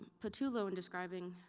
pattullo, in describing